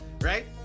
Right